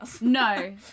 No